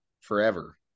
forever